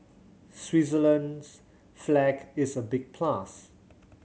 Switzerland's flag is a big plus